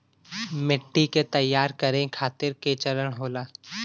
मिट्टी के तैयार करें खातिर के चरण होला?